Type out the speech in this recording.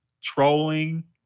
trolling